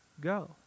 go